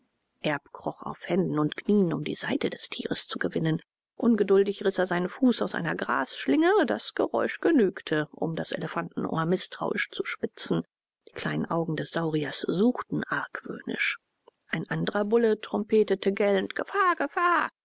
kroch auf händen und knien um die seite des tieres zu gewinnen ungeduldig riß er seinen fuß aus einer grasschlinge das geräusch genügte um das elefantenohr mißtrauisch zu spitzen die kleinen augen des sauriers suchten argwöhnisch ein andrer bulle trompetete gellend gefahr gefahr